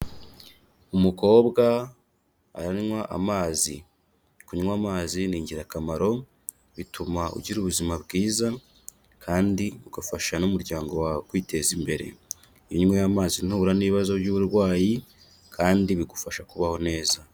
Umukobwa aranywa amazi, kunywa amazi ni ingirakamaro, bituma ugira ubuzima bwiza kandi ugafasha n'umuryango wawe kwiteza imbere, iyo unyweye amazi ntuhura n'ibibazo by'uburwayi kandi bigufasha kubaho neza.